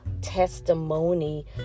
testimony